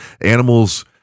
animals